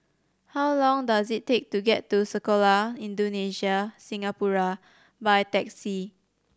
how long does it take to get to Sekolah Indonesia Singapura by taxi